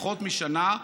פחות משנה,